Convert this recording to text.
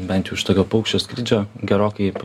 bent jau iš tokio paukščio skrydžio gerokai